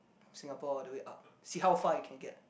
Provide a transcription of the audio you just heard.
Singapore all the way up see how far it can get